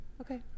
Okay